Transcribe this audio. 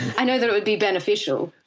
i know that it would be beneficial,